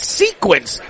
sequence